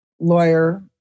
lawyer